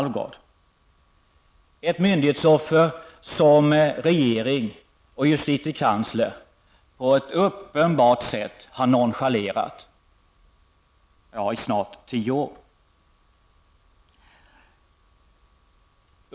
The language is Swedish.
Det är ett myndighetsoffer som regeringen och justitiekanslern på ett uppenbart sätt har nonchalerat i snart tio år.